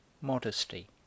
modesty